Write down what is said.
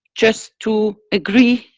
just to agree,